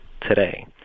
today